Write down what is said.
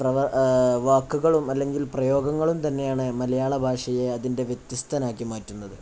വാക്കുകളും അല്ലെങ്കിൽ പ്രയോഗങ്ങളും തന്നെയാണ് മലയാള ഭാഷയെ അതിൻ്റെ വ്യത്യസ്തമാക്കി മാറ്റുന്നത്